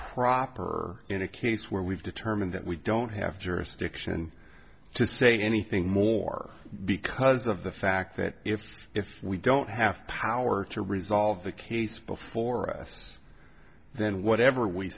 proper or in a case where we've determined that we don't have jurisdiction to say anything more because of the fact that if we don't have power to resolve the case before us then whatever we